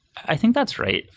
i think that's right.